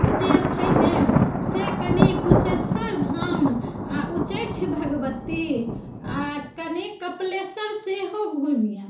आब जे छै ने से कनि कुशेशर धाम आ उच्चैठ भगवती आ कनिक कपिलेश्वर सेहो घूमि आयब